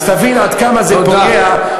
אז תבין עד כמה זה פוגע, תודה.